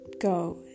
go